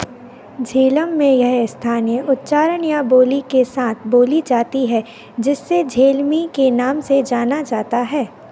झेलम में यह स्थानीय उच्चारण या बोली के साथ बोली जाती है जिससे झेलमी के नाम से जाना जाता है